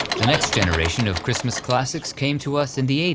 the next generation of christmas classics came to us in the